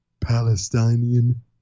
Palestinian